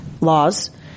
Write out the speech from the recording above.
laws